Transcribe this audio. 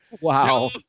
Wow